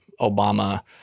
Obama